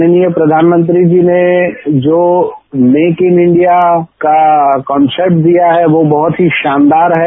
माननीय प्रधानमंत्री जी ने जो मेक इन इंडिया का कॉन्सेप्ट दिया है वो बहत ही शानदार है